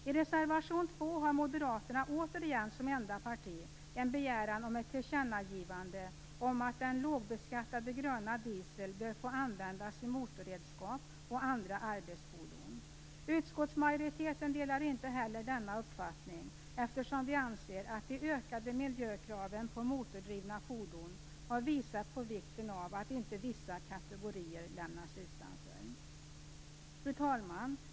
I reservation 2 har Moderaterna återigen som enda parti en begäran om ett tillkännagivande om att den lågbeskattade gröna dieseln bör få användas i motorredskap och i andra arbetsfordon. Utskottsmajoriteten delar inte heller denna uppfattning, eftersom vi anser att de ökade miljökraven på motordrivna fordon har visat på vikten av att inte vissa kategorier lämnas utanför. Fru talman!